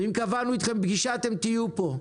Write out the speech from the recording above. אם קבענו אתכם פגישה, אתם תהיו פה.